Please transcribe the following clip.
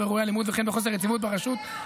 באירועי האלימות וכן בחוסר יציבות ברשות,